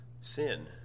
sin